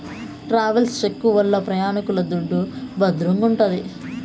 travels cheque వల్ల ప్రయాణికుల దుడ్డు భద్రంగుంటాది